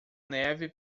neve